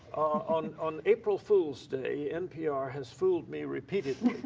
on on april fools day, npr has fooled me repeatedly.